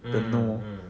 mm mm mm